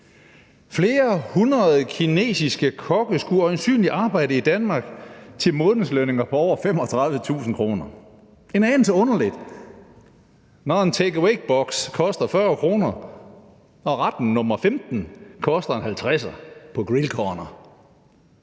Flere hundrede kinesiske kokke skulle øjensynlig arbejde i Danmark til månedslønninger på over 35.000 kr. – en anelse underligt, når en take away-boks koster 40 kr., og ret nr. 15 koster en halvtredser hos Grillcorner.